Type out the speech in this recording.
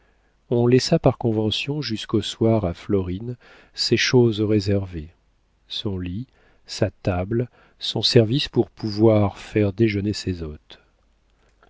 on laissa par convention jusqu'au soir à florine ses choses réservées son lit sa table son service pour pouvoir faire déjeuner ses hôtes